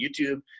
YouTube